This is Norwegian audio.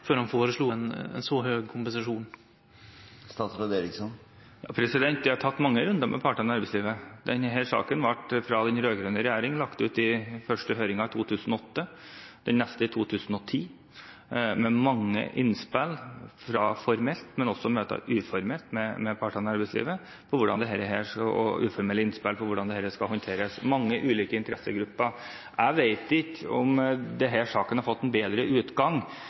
før han føreslo ein så høg kompensasjon? Vi har tatt mange runder med partene i arbeidslivet. Denne saken ble fra den rød-grønne regjeringen sendt ut på første høring i 2008, på den neste i 2010, med mange innspill fra møter – formelle, men også uformelle – med partene i arbeidslivet, mange ulike interessegrupper, til hvordan dette skal håndteres. Jeg vet ikke om denne saken hadde fått en bedre utgang